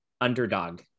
underdog